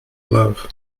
love